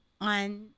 on